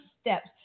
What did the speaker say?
steps